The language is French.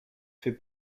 fait